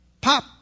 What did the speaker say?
pop